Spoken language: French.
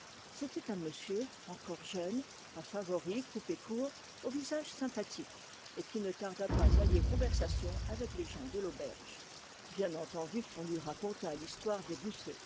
c'était un monsieur encore jeune à favoris coupés court au visage sympathique et qui ne tarda pas à lier conversation avec les gens de l'auberge bien entendu on lui raconta l'histoire des goussot